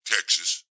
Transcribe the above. Texas